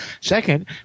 second